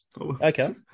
Okay